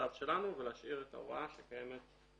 מהצו שלנו ולהשאיר את ההוראה שקיימת.